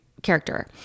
character